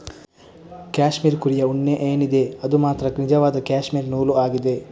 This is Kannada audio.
ಕ್ಯಾಶ್ಮೀರ್ ಕುರಿಯ ಉಣ್ಣೆ ಏನಿದೆ ಅದು ಮಾತ್ರ ನಿಜವಾದ ಕ್ಯಾಶ್ಮೀರ್ ನೂಲು ಆಗಿದೆ